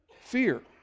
Fear